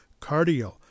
Cardio